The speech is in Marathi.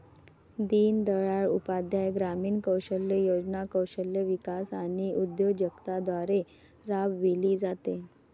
दीनदयाळ उपाध्याय ग्रामीण कौशल्य योजना कौशल्य विकास आणि उद्योजकता द्वारे राबविली जाते